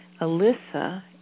Alyssa